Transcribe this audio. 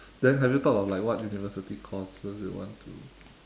then have you thought of like what university courses you want to